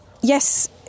yes